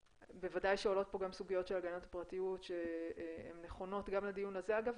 בוודאי שעולות פה גם סוגיות של הגנת הפרטיות שנכונות גם לדיון הזה אגב,